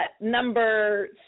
number